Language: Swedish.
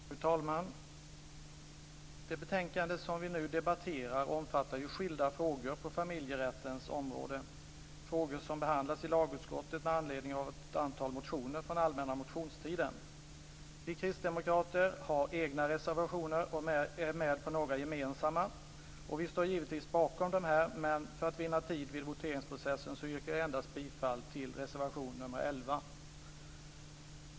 Fru talman! Det betänkande som vi nu debatterar omfattar skilda frågor på familjerättens område - Vi kristdemokrater har egna reservationer och finns med på några gemensamma. Vi står givetvis bakom dessa, men för att vinna tid vid voteringsprocessen yrkar jag bifall endast till reservation nr 11.